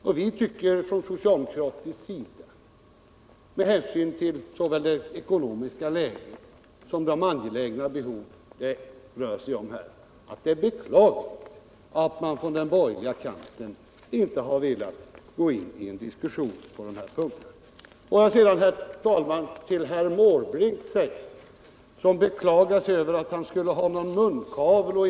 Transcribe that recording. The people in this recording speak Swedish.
Med hänsyn till det ekonomiska läget i dag och med hänvisning till de angelägna behov det här rör sig om tycker vi socialdemokrater att det är beklagligt att man från den borgerliga kanten inte har velat gå in i en diskussion på den här punkten. Herr Måbrink sade sig ha något slags munkavle och beklagade sig över att han inte kunde delta i utskottsarbetet.